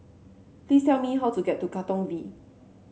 please tell me how to get to Katong V